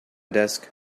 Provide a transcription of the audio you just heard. desk